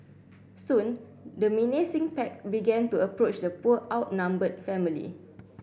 soon the menacing pack began to approach the poor outnumbered family